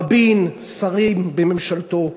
רבין, שרים בממשלתו,